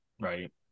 Right